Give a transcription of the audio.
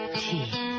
tea